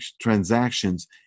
transactions